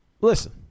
Listen